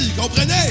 comprenez